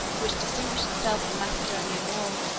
which distinguished itself in the macedonian war,